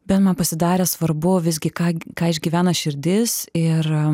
bet man pasidarė svarbu visgi ką ką išgyvena širdis ir